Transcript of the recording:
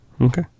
Okay